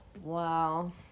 Wow